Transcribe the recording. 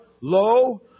lo